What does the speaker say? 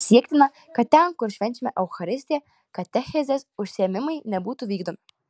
siektina kad ten kur švenčiama eucharistija katechezės užsiėmimai nebūtų vykdomi